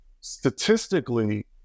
statistically